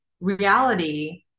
reality